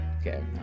Okay